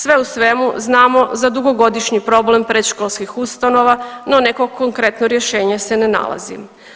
Sve u svemu znamo za dugogodišnji problem predškolskih ustanova, no neko konkretno rješenje se ne nalazi.